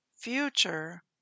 future